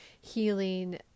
healing